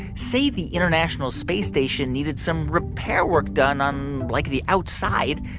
say, the international space station needed some repair work done on, like, the outside.